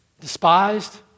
Despised